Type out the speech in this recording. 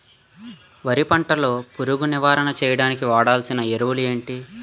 వరి పంట లో పురుగు నివారణ చేయడానికి వాడాల్సిన ఎరువులు ఏంటి?